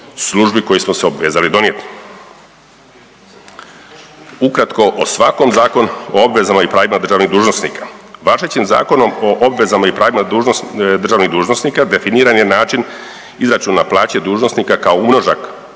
koji smo se obvezali donijeti. Ukratko, o svakom zakonu o obvezama i pravima državnih dužnosnika. Važećim Zakonom o obvezama i pravima državnih dužnosnika definiran je način izračuna plaće dužnosnika kao umnožak